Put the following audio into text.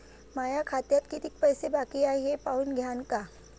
माया खात्यात कितीक पैसे बाकी हाय हे पाहून द्यान का?